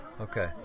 Okay